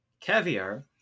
caviar